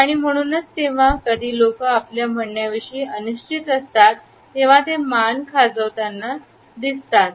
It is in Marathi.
आणि म्हणूनच तेव्हा कधी लोकं आपल्या म्हणण्या विषयी अनिश्चित असतात तेव्हा ते मान खाजवताना दिसतात